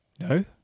No